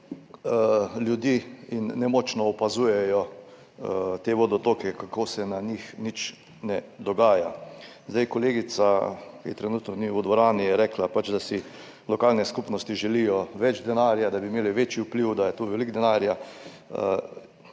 in nemočno opazujejo te vodotoke, kako se na njih nič ne dogaja. Kolegica, ki je trenutno ni v dvorani, je rekla, da si lokalne skupnosti želijo več denarja, da bi imele večji vpliv, da je tu veliko denarja.